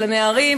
לנערים,